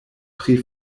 pri